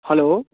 hello